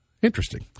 Interesting